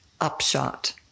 upshot